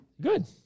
good